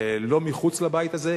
לא מחוץ לבית הזה,